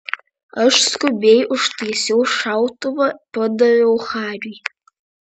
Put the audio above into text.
aš skubiai užtaisiau šautuvą padaviau hariui